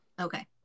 okay